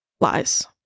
Lies